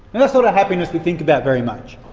that's not a happiness we think about very much.